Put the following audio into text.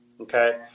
Okay